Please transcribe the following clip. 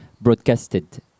broadcasted